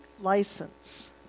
license